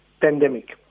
pandemic